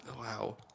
wow